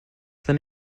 than